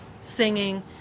singing